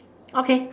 okay